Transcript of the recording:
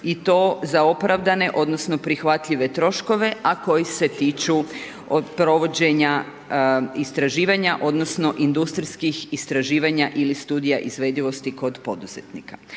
i to za opravdane, odnosno, prihvatljive troškove a koji se tiču od provođenja, istraživanja, odnosno, industrijskih istraživanja ili studija izvedivosti kod poduzetnika.